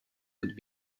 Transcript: would